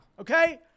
okay